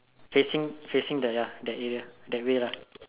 facing facing the ya that area that way lah